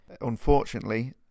Unfortunately